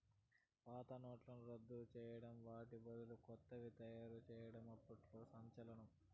పాత నోట్లను రద్దు చేయడం వాటి బదులు కొత్తవి తయారు చేయడం అప్పట్లో సంచలనం